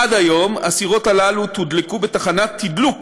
עד היום הסירות הללו תודלקו בתחנת תדלוק